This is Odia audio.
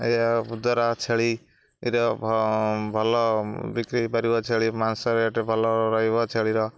ଏହାଦ୍ୱାରା ଛେଳିର ଭଲ ବିକ୍ରି ପାରିବ ଛେଳି ମାଂସ ରେଟ୍ ଭଲ ରହିବ ଛେଳିର